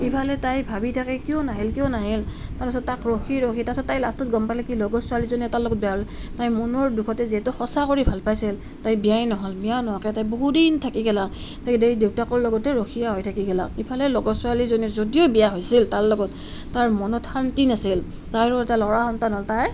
ইফালে তাই ভাবি থাকে কিয় নাহিল কিয় নাহিল তাৰ পাছত তাক ৰখি ৰখি তাৰ পাছত তাই লাষ্টত গম পালে কি লগৰ ছোৱালীজনীয়ে তাইৰ লগত বিয়া হ'ল তাই মনৰ দুখতে যিহেতু সঁচা কৰি ভাল পাইছিল তাই বিয়াই নহ'ল বিয়া নোহোৱাকৈ তাই বহুদিন থাকি গেলাক দেউতাকৰ লগতে ৰখীয়া হৈ থাকি গেলাক ইফালে লগৰ ছোৱালীজনীয়ে যদিও বিয়া হৈছিল তাৰ লগত তাইৰ মনত শান্তি নাছিল তাইৰো এটা ল'ৰা সন্তান হ'ল তাইৰ